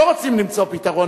לא רוצים למצוא פתרון,